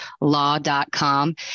Law.com